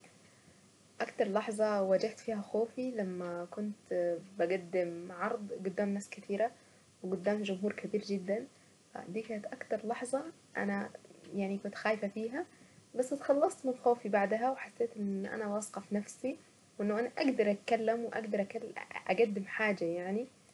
اكتر لحظة واجهت فيها خوفي لما كنت بقدم عرض قدام ناس كثيرة وقدام جمهور كبير جدا فدي كانت اكثر لحظة انا كنت خايفة فيها بس تخلصت من خوفي بعدها وحسيت اني انا واثقة في نفسي وانه انا اقدر اتكلم واقدر اقدم حاجة يعني.